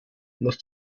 muss